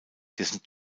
dessen